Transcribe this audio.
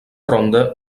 ronda